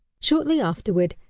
shortly afterward,